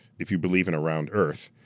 if you believe in a round earth,